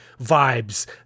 vibes